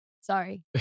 sorry